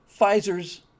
Pfizer's